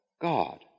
God